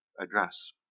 address